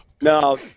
No